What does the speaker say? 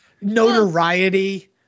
notoriety